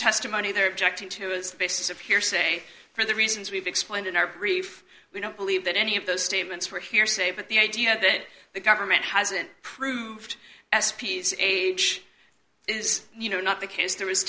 testimony they're objecting to is the basis of hearsay for the reasons we've explained in our brief we don't believe that any of those statements were hearsay but the idea that the government hasn't proved s p s age is not the case there